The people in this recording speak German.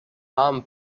namen